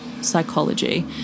psychology